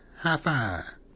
high-five